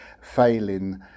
failing